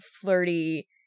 flirty